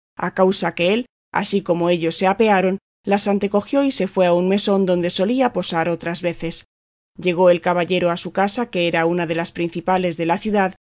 a causa que él así como ellos se apearon las antecogió y se fue a un mesón donde solía posar otras veces llegó el caballero a su casa que era una de las principales de la ciudad